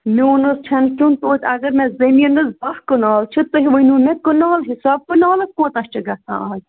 میٛون حظ کھٮ۪ن چٮ۪ون توتہِ اگر مےٚ زٔمیٖنَس باہ کنال چھُ تُہۍ ؤنِو مےٚ کنال حِساب کنالَس کوتاہ چھِ گژھان اَز